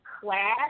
class